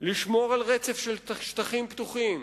לשמור על רצף של שטחים פתוחים.